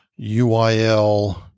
UIL